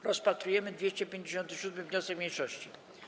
Rozpatrujemy 257. wniosek mniejszości.